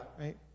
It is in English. right